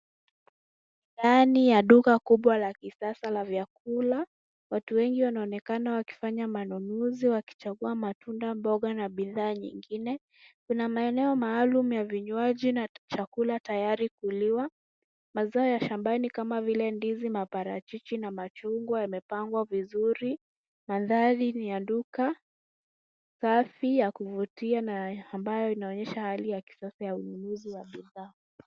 Ndani ya duka kubwa la kisasa la vyakula, watu wengi wanaonekana wakifanya manunuzi wakichagua matunda, mboga na bidhaa nyingine. Kuna maeneo maalum ya vinywaji na chakula tayari kuliwa, mazao ya shambani kama vile ndizi, maparachichi na machungwa yamepangwa vizuri. Mandhari ni ya duka safi ya kuvutia na ambayo inaonyesha hali ya kisasa ya ununuzi wa bidhaa.